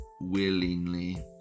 Willingly